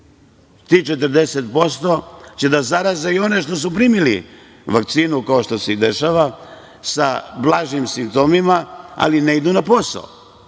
tih 40% će da zaraze i one što su primili vakcinu, kao što se i dešava sa blažim simptomima, ali ne idu na posao.